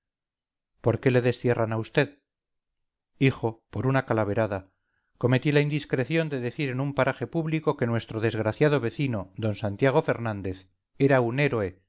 por qué le destierran a vd hijo por una calaverada cometí la indiscreción de decir en un paraje público que nuestro desgraciado vecino d santiago fernández era un héroe